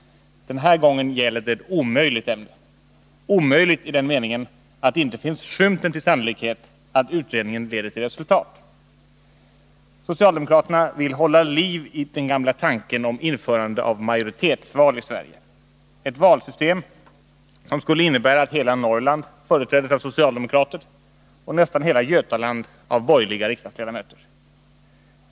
Den här gången gäller det ett omöjligt ämne — omöjligt i den meningen att det inte finns skymten till sannolikhet att utredningen leder till resultat. Socialdemokraterna vill hålla liv i den gamla tanken om införande av majoritetsval i Sverige, ett valsystem som skulle innebära att hela Norrland företräddes av socialdemokrater och nästan hela Götaland av borgerliga ledamöter.